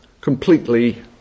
completely